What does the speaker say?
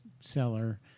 Seller